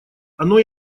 оно